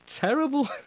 terrible